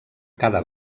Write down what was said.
cada